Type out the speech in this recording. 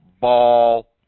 ball